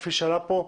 וכפי שעלה פה,